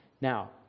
Now